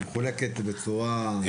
היא מחולקת בצורה --- אז אני אגיד לך,